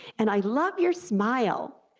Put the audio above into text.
and i love your smile.